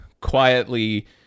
quietly